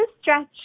stretch